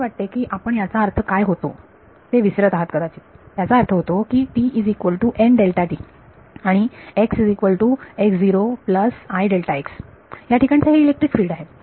असे वाटते की आपण याचा अर्थ काय होतो ते विसरत आहात कदाचित याचा अर्थ होतो की आणि या ठिकाणचे हे इलेक्ट्रिक फिल्ड आहे